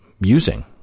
using